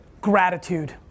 Gratitude